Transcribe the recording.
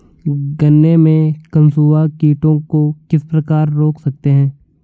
गन्ने में कंसुआ कीटों को किस प्रकार रोक सकते हैं?